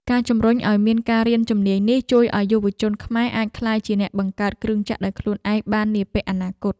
ការជំរុញឱ្យមានការរៀនជំនាញនេះជួយឱ្យយុវជនខ្មែរអាចក្លាយជាអ្នកបង្កើតគ្រឿងចក្រដោយខ្លួនឯងបាននាពេលអនាគត។